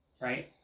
Right